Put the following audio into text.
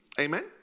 Amen